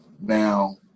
Now